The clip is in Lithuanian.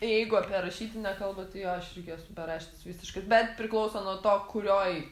jeigu apie rašytinę kalbą tai jo aš irgi esu beraštis visiškas bet priklauso nuo to kurioj